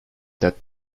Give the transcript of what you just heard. that